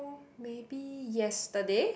maybe yesterday